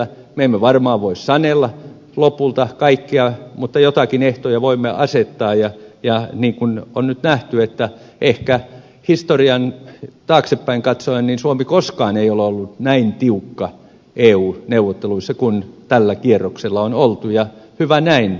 me emme varmaan voi sanella lopulta kaikkea mutta joitakin ehtoja voimme asettaa ja niin kuin on nyt nähty ehkä historiaa taaksepäin katsoen niin suomi koskaan ei ole ollut näin tiukka eu neuvotteluissa kuin tällä kierroksella on oltu ja hyvä näin